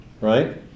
right